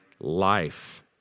life